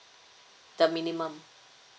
the minimum